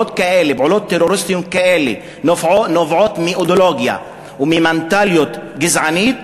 שפעולות טרוריסטיות כאלה נובעות מאידיאולוגיה וממנטליות גזענית,